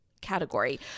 category